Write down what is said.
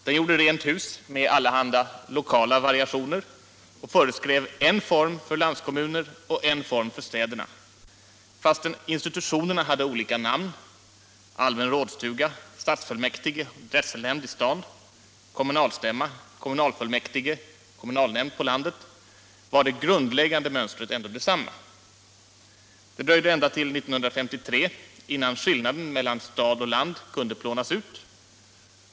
Den gjorde rent hus med allehanda lokala variationer och föreskrev en form för landskommuner och en form för städerna. Fastän institutionerna hade olika namn — allmän rådstuga, stadsfullmäktige och drätselnämnd i stad, kommunalstämma, kommunalfullmäktige och kommunalnämnd på landet — var det grundläggande mönstret i stort sett detsamma. Det dröjde ända till 1953 innan skillnaden mellan stad och land kunde plånas ut.